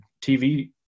tv